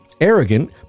arrogant